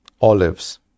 Olives